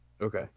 Okay